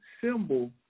symbol